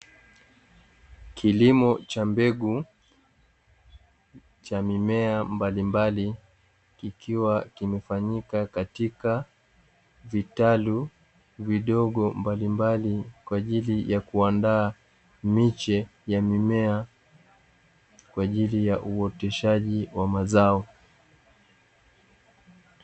Kilimo cha mbegu cha mimea mbalimbali kikiwa kimefanyika katika vitalu vidogo mbalimbali, kwa ajili ya kuandaa miche ya mimea kwa ajili ya uoteshaji wa mazao.